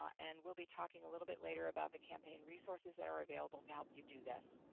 and we'll be talking a little bit later about the campaign resources that are available to help you do this.